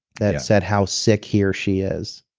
that said how sick he or she is,